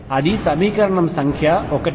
అది సమీకరణం సంఖ్య 1